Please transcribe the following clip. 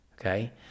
okay